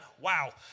Wow